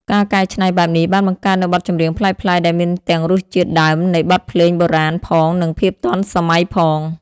ការកែច្នៃបែបនេះបានបង្កើតនូវបទចម្រៀងប្លែកៗដែលមានទាំងរសជាតិដើមនៃបទភ្លេងបុរាណផងនិងភាពទាន់សម័យផង។